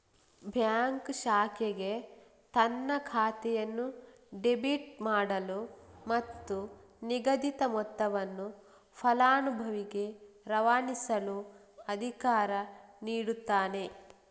bank ಶಾಖೆಗೆ ತನ್ನ ಖಾತೆಯನ್ನು ಡೆಬಿಟ್ ಮಾಡಲು ಮತ್ತು ನಿಗದಿತ ಮೊತ್ತವನ್ನು ಫಲಾನುಭವಿಗೆ ರವಾನಿಸಲು ಅಧಿಕಾರ ನೀಡುತ್ತಾನೆ